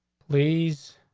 please,